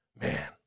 man